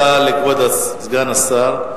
תודה לכבוד סגן השר.